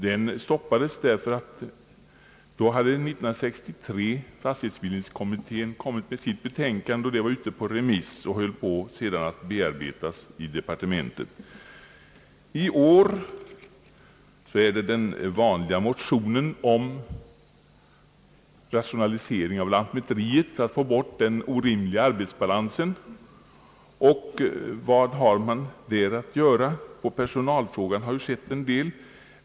Denna motion stoppades därför att fastighetsbildningskommitténs betänkande kommit 1963 och var ute på remiss och höll på att bearbetas i departementet. I år har den vanliga motionen väckts om rationalisering av lantmäteriet för att man skall få bort den orimliga arbetsbalansen. Vad har man där att göra? I personalfrågan har ju skett en del.